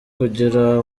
kugira